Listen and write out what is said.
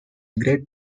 great